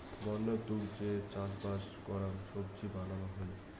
বন্য তুক যে চাষবাস করাং সবজি বানানো হই